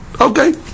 Okay